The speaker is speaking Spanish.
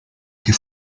que